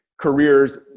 careers